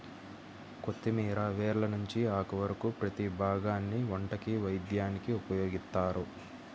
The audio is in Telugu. కొత్తిమీర వేర్ల నుంచి ఆకు వరకు ప్రతీ భాగాన్ని వంటకి, వైద్యానికి ఉపయోగిత్తారు